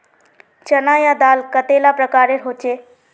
चना या दाल कतेला प्रकारेर होचे?